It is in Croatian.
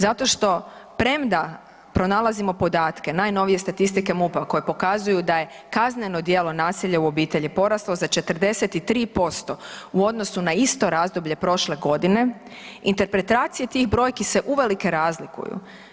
Zato što premda pronalazimo podatke, najnovije statistike MUP-a koje pokazuju da je kazneno djelo nasilja u obitelji poraslo za 43%, u odnosu na isto razdoblje prošle godine, interpretacije tih brojki se uvelike razlikuju.